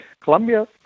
Colombia